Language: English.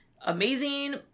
amazing